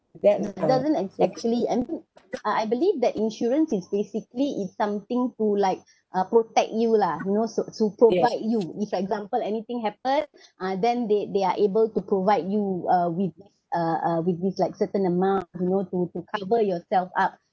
like it doesn't ac~ actually end uh I believe that insurance is basically it's something to like uh protect you lah you know so to provide you if example anything happen uh then they they are able to provide you uh with this uh with this like certain amount you know to to cover yourself up